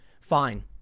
Fine